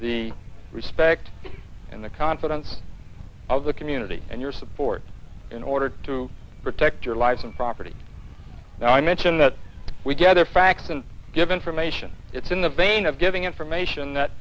the respect and the confidence of the community and your support in order to protect your life and property now i mention that we gather facts and give information it's in the vein of giving information that